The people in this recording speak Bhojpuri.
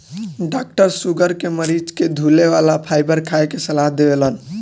डाक्टर शुगर के मरीज के धुले वाला फाइबर खाए के सलाह देवेलन